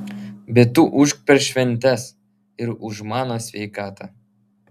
bet tu ūžk per šventes ir už mano sveikatą